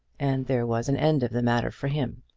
and there was an end of the matter for him.